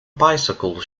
bicycle